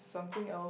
something else